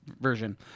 version